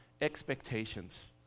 expectations